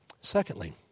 Secondly